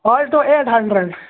alto eight hundred